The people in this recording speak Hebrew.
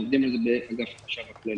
עובדים על זה באגף החשב הכללי.